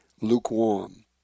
lukewarm